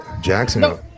Jackson